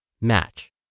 match